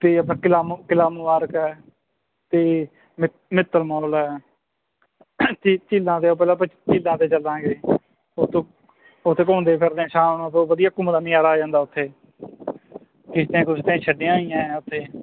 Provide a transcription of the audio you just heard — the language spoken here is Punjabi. ਅਤੇ ਆਪਾਂ ਕਿਲ੍ਹਾ ਮੁ ਕਿਲ੍ਹਾ ਮੁਬਾਰਕ ਹੈ ਅਤੇ ਮਿਤ ਮਿੱਤਲ ਮੌਲਾ ਹੈ ਝੀ ਝੀਲਾਂ ਦੇ ਝੀਲਾਂ 'ਤੇ ਚੱਲਾਂਗੇ ਉੱਤੋਂ ਉੱਥੇ ਘੁੰਮਦੇ ਫਿਰਦੇ ਸ਼ਾਮ ਨੂੰ ਫਿਰ ਵਧੀਆ ਘੁੰਮਣ ਦਾ ਨਜ਼ਾਰਾ ਆ ਜਾਂਦਾ ਉੱਥੇ ਕਿਸ਼ਤੀਆਂ ਕੁਸ਼ਤੀਆਂ ਛੱਡੀਆਂ ਹੋਈਆਂ ਐਣ ਉੱਥੇ